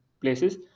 places